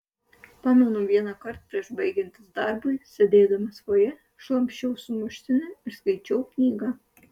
pamenu vienąkart prieš baigiantis darbui sėdėdamas fojė šlamščiau sumuštinį ir skaičiau knygą